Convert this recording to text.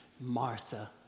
Martha